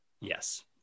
yes